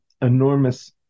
enormous